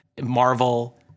Marvel